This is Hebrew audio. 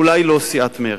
אולי לא סיעת מרצ,